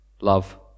love